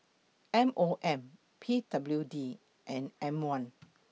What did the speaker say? M O M P W D and M one